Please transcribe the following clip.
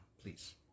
please